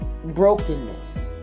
brokenness